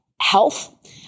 health